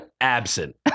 Absent